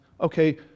okay